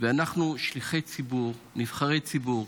ואנחנו שליחי ציבור, נבחרי ציבור,